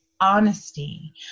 honesty